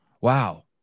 Wow